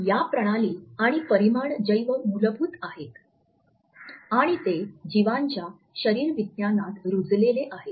या प्रणाली आणि परिमाण जैव मूलभूत आहेत आणि ते जीवांच्या शरीरविज्ञानात रुजलेले आहेत